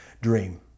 dream